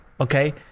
okay